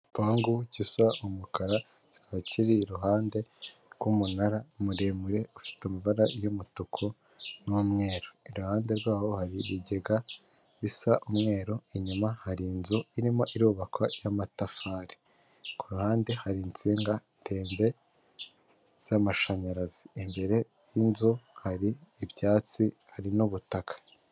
Igipangu gisa umukara kibaba kiri iruhande rw'umunara muremure ufite amabara y'umutuku n'umweru iruhande rwabo hari ibigega bisa umweru inyuma hari inzu irimo irubakwa y'amatafari kuruhande hari insinga ndende z'amashanyarazi imbere yinzu hari ibyatsi hari n'ubutaka.